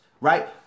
Right